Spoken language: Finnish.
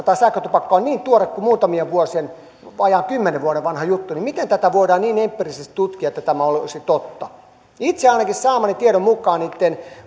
tämä sähkötupakka on niin tuore kuin muutamien vuosien vajaan kymmenen vuoden vanha juttu miten tätä voidaan niin empiirisesti tutkia että tämä olisi totta itse ainakin saamani tiedon mukaan